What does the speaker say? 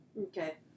Okay